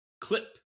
clip